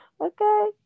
okay